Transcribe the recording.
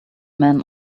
man